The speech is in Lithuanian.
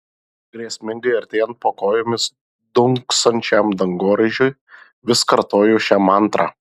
grėsmingai artėjant po kojomis dunksančiam dangoraižiui vis kartoju šią mantrą